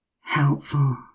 helpful